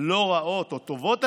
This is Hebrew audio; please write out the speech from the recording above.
לא רעות, או טובות אפילו,